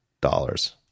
dollars